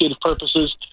purposes